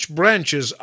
branches